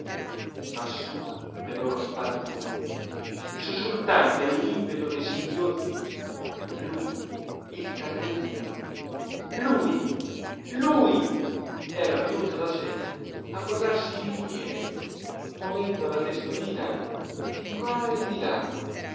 su le loro spalle curve sussultanti all'impeto dei singhiozzi lui il cardellino lui lui era venuto da sé a posarsi lieve movendo la testolina di qua e di là